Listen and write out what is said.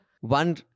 one